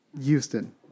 Houston